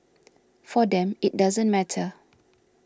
for them it doesn't matter